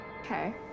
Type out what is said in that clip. Okay